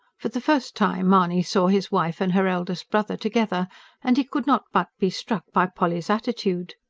for the first time mahony saw his wife and her eldest brother together and he could not but be struck by polly's attitude.